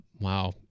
wow